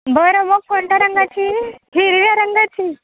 बरं मग कोणत्या रंगाची हिरव्या रंगाची